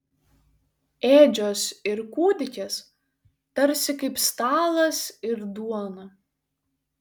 ėdžios ir kūdikis tarsi kaip stalas ir duona